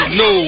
no